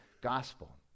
gospel